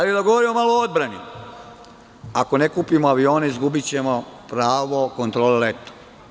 Hajde da govorimo malo o odbrani, ako ne kupimo avione izgubićemo pravo kontrole leta.